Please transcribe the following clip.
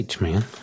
man